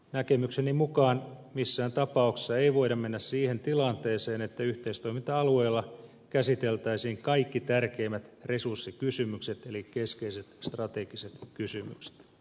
näkemykseni mukaan missään tapauksessa ei voida mennä siihen tilanteeseen että yhteistoiminta alueilla käsiteltäisiin kaikki tärkeimmät resurssikysymykset eli keskeiset strategiset kysymykset